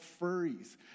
furries